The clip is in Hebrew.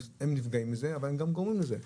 הם נפגעים מזה אבל הם גם גורמים לזה.